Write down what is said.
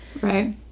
Right